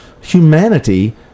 humanity –